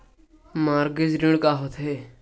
Mortgage ऋण का होथे?